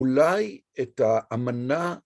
אולי את האמנה